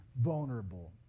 vulnerable